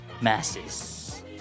masses